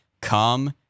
come